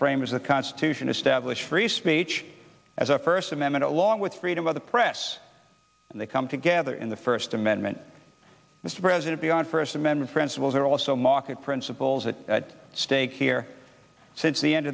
framers the constitution established free speech as a first amendment along with freedom of the press and they come together in the first amendment mr president beyond first amendment principles and also market principles that at stake here since the end